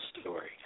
story